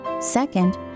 Second